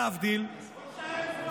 תפסיקו להסית.